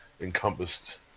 encompassed